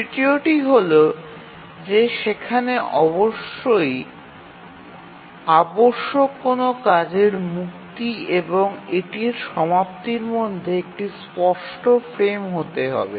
তৃতীয়টি হল যে সেখানে অবশ্যই আবশ্যক কোনও কাজের মুক্তি এবং এটির সমাপ্তির মধ্যে একটি স্পষ্ট ফ্রেম হতে হবে